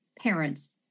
parents